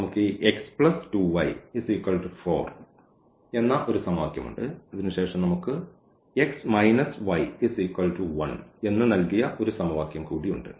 നമുക്ക് ഈ x 2𝑦 4 എന്ന ഒരു സമവാക്യം ഉണ്ട് അതിനുശേഷം നമുക്ക് x y 1 എന്ന് നൽകിയ ഒരു സമവാക്യം കൂടി ഉണ്ട്